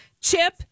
Chip